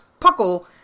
Puckle